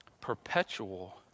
perpetual